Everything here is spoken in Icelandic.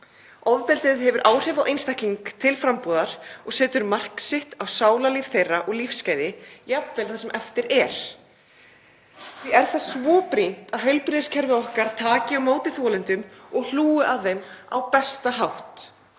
Ofbeldið hefur áhrif á einstakling til frambúðar og setur mark sitt á sálarlíf þeirra og lífsgæði jafnvel það sem eftir er. Því er það svo brýnt að heilbrigðiskerfið okkar taki á móti þolendum og hlúi að þeim á sem bestan hátt.